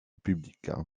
publique